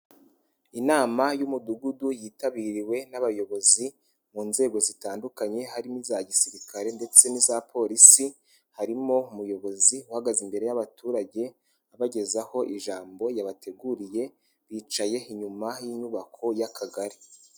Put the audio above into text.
Inama y'umudugudu yitabiriwe n'abayobozi mu nzego zitandukanye harimo iza gisirikare ndetse n'iza polisi, harimo umuyobozi uhagaze imbere y'abaturage abagezaho ijambo yabateguriye, yicaye inyuma y'inyubako y'akagari/